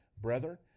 Brethren